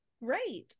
right